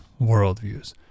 worldviews